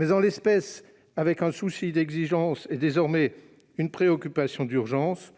En l'espèce, dans un souci d'exigence et c'est désormais une préoccupation d'urgence,